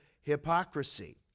hypocrisy